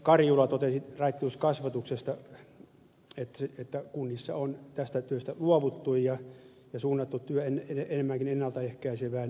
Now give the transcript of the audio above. karjula totesi raittiuskasvatuksesta että kunnissa on tästä työstä luovuttu ja suunnattu työ enemmänkin ennalta ehkäisevään päihdetyöhön